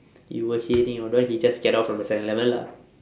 you were shading your boy he just get out from the seven eleven lah